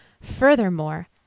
Furthermore